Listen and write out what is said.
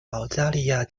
保加利亚